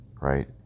right